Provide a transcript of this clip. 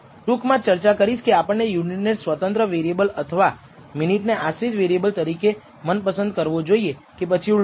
ટૂંકમાં ચર્ચા કરીશ કે આપણે યુનિટને સ્વતંત્ર વેરિએબલ અથવા મિનિટને આશ્રિત વેરિએબલ તરીકે મનપસંદ કરવો જોઈએ કે પછી ઊલટું